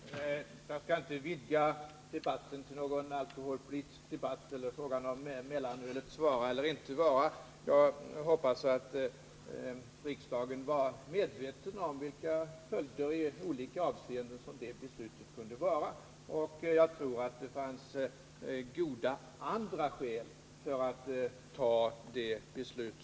Herr talman! Jag skall inte vidga debatten till någon alkoholpolitisk debatt om mellanölets vara eller icke vara. Det är min förhoppning att riksdagen var medveten om de följder i olika avseenden som beslutet om mellanölets slopande innebar. Jag tror att det fanns andra goda skäl att fatta detta beslut.